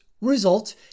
result